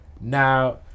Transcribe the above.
Now